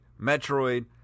Metroid